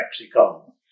Mexico